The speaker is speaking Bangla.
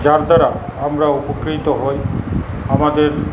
যার দ্বারা আমরা উপকৃত হই আমাদের